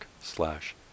slash